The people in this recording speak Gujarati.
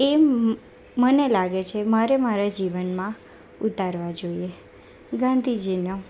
એ મને લાગે છે મારે મારા જીવનમાં ઉતારવા જોઈએ ગાંધીજીનો